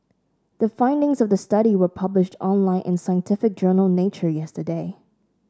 the findings of the study were published online in scientific journal Nature yesterday